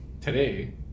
today